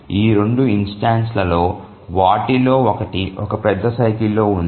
ఈ 2 ఇన్స్టెన్సులలో వాటిలో ఒకటి ఒక పెద్ద సైకిల్ లో ఉంది